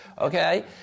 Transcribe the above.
okay